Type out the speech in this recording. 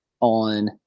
on